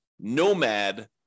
nomad